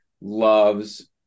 loves